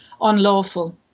unlawful